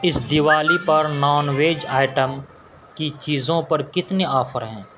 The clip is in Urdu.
اس دوالی پر نان ویج آئٹم کی چیزوں پر کتنے آفر ہیں